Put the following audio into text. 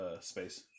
space